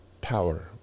power